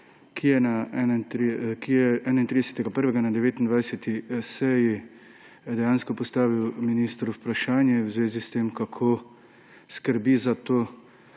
ki je 31. 1. na 29. seji dejansko postavil ministru vprašanje v zvezi s tem, kako skrbi za to,